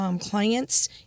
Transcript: clients